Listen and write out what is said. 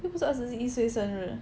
又不是二十一岁生日